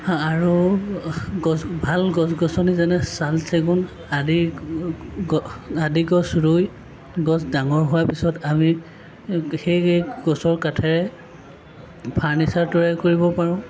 আৰু গছ ভাল গছ গছনি যেনে শাল চেগুন আদি আদি গছ ৰুই গছ ডাঙৰ হোৱাৰ পিছত আমি সেই গছৰ কাঠেৰে ফাৰ্ণিচাৰ তৈয়াৰ কৰিব পাৰোঁ